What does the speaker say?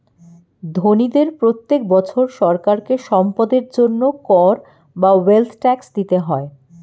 ধনীদের প্রত্যেক বছর সরকারকে সম্পদের জন্য কর বা ওয়েলথ ট্যাক্স দিতে হয়